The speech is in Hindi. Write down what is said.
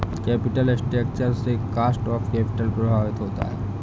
कैपिटल स्ट्रक्चर से कॉस्ट ऑफ कैपिटल प्रभावित होता है